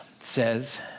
says